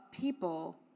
people